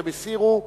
והם הסירו.